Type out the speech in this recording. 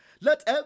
let